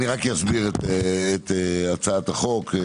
אני רק אסביר את הצעת החוק.